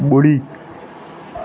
ॿुड़ी